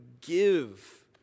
give